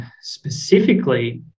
specifically